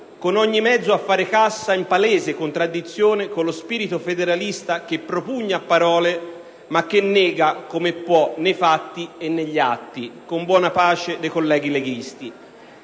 con ogni mezzo a fare cassa, in palese contraddizione con lo spirito federalista, che propugna a parole ma che nega, come può, nei fatti e negli atti, con buona pace dei colleghi leghisti.